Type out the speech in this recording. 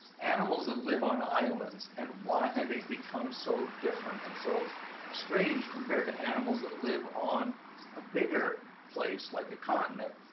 animals that live on islands, and why they become so different, and so strange, compared to animals that live on a bigger place, like a continent.